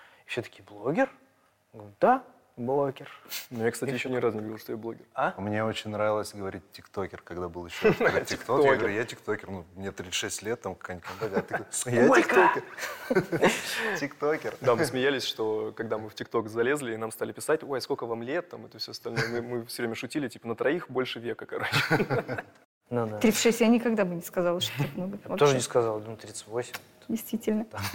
Всё-таки блогер? Говорю, «Да, блогер». Ну, я, кстати, Тиктокер. ещё ни разу не говорил, что я блогер. А? А мне очень нравилось говорить «тиктокер», когда был ещё в Да, «тиктоке». Я «тиктокер». говорю, «Я тиктокер». Ну, мне 36 лет, там, какая-нибудь компания. А ты говоришь, «Я Сколько? тиктокер»? «Тиктокер». Да, мы смеялись, что когда мы в «тикток» залезли, и нам стали писать, «Ой, а сколько вам лет?» там, это всё остальное. Мы- мы всё время шутили, типа, «На троих больше века», короче. Ну да. 36 я никогда бы не сказала, что так много. Я бы тоже не Вообще. сказала. Ну, 38, там. Действительно.